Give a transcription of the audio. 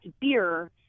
beer